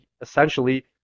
essentially